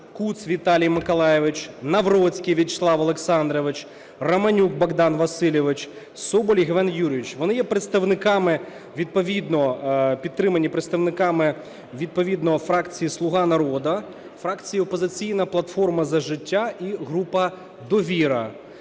Куц Віталій Миколайович, Навроцький В'ячеслав Олександрович, Романюк Богдан Васильович, Соболь Євген Юрійович. Вони є представниками відповідно, підтримані представниками відповідно фракції "Слуга народу", фракції "Опозиційна платформа – За життя" і групи "Довіра".